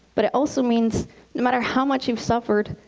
but it also means no matter how much you've suffered,